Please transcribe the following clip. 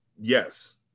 Yes